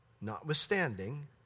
notwithstanding